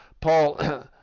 Paul